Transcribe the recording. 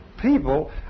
people